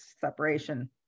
separation